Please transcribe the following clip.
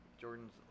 Jordan's